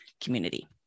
community